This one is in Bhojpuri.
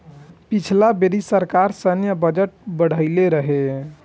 पिछला बेरी सरकार सैन्य बजट बढ़इले रहे